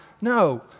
No